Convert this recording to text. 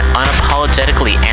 unapologetically